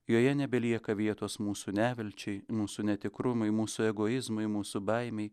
joje nebelieka vietos mūsų nevilčiai mūsų netikrumui mūsų egoizmui mūsų baimei